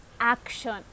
action